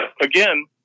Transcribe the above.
again